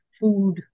food